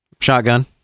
Shotgun